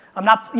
i'm not,